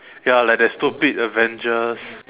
ya like that stupid Avengers